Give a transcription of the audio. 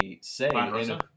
say